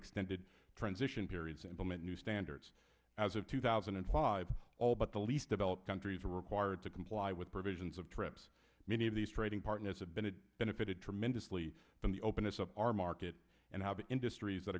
extended transition periods implement new standards as of two thousand and five all but the least developed countries are required to comply with provisions of trips many of these trading partners have been it benefited tremendously from the openness of our market and how the industries that